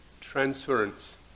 transference